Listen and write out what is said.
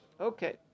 Okay